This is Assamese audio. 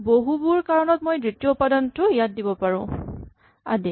বহুবোৰ কাৰণত মই দ্বিতীয় উপাদানটো ইয়াত দিব পাৰো আদি